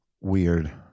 weird